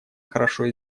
хорошо